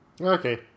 Okay